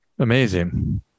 Amazing